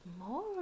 more